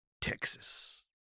texas